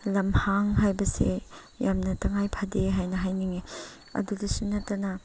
ꯂꯝꯍꯥꯡ ꯍꯥꯏꯕꯁꯦ ꯌꯥꯝꯅ ꯇꯉꯥꯏ ꯐꯗꯦ ꯍꯥꯏꯅ ꯍꯥꯏꯅꯤꯡꯏ ꯑꯗꯨꯗꯁꯨ ꯅꯠꯇꯅ